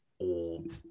old